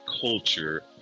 culture